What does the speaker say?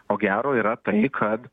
o gero yra tai kad